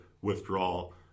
withdrawal